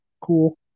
cool